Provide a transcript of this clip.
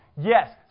Yes